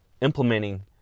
implementing